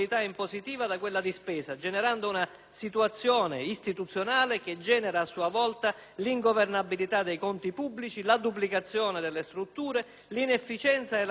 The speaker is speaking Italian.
situazione istituzionale che produce a sua volta l'ingovernabilità dei conti pubblici, la duplicazione delle strutture, l'inefficienza e la deresponsabilizzazione, effetto